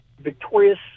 victorious